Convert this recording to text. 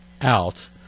out